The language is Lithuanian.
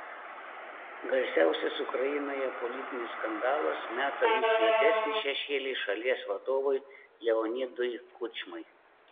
garsiausias ukrainoje politinis skandalas meta vis juodesnį šešėlį šalies vadovui leonidui kučmai